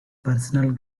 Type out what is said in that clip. personal